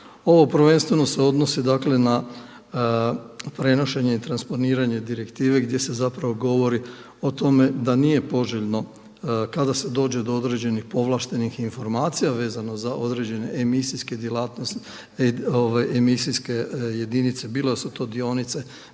Ovo prvenstveno se odnosi, dakle na prenošenje i transponiranje direktive gdje se zapravo govori o tome da nije poželjno kada se dođe do određenih povlaštenih informacija vezano za određene emisijske jedinice bilo da su to dionice,